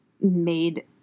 made